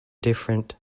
different